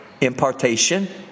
impartation